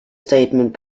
statement